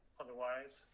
otherwise